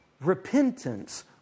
repentance